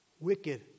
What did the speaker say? wicked